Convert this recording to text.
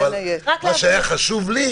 מה שהיה חשוב לי,